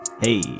hey